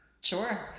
Sure